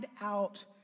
out